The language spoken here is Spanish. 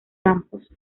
campos